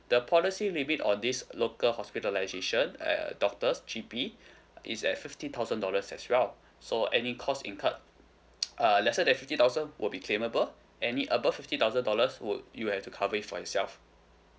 the policy limit on this local hospitalisation uh doctors G_P is at fifty thousand dollars as well so any costs incurred uh lesser than fifty thousand would be claimable any above fifty thousand dollars would you have to cover it for yourself